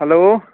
hello